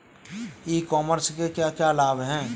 ई commerce के क्या क्या लाभ हैं?